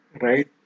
right